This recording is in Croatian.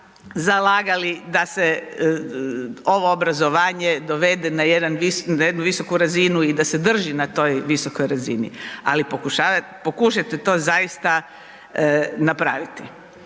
zalagali da se ovo obrazovanje dovede na jednu visoku razinu i da se drži na toj visokoj razini, ali pokušajte to zaista napraviti.